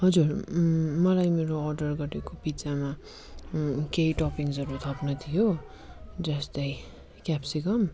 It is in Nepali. हजुर मलाई मेरो अर्डर गरेको पिज्जामा केही टपिङ्सहरू थप्नु थियो जस्तै क्यापसिकम